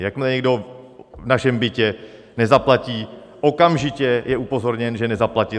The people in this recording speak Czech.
Jakmile někdo v našem bytě nezaplatí, okamžitě je upozorněn, že nezaplatil.